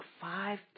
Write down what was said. five